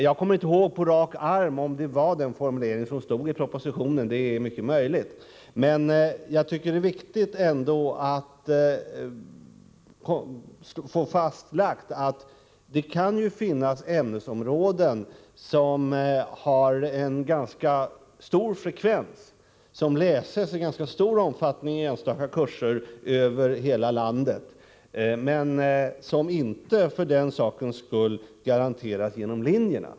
Jag kommer inte ihåg om det var denna formulering som användes i propositionen — det är möjligt — men jag tycker det är viktigt att få fastlagt att det kan finnas ämnesområden som har en ganska stor frekvens, dvs. som läses i stor omfattning i enstaka kurser över hela landet, men som inte garanteras genom utbildningslinjerna.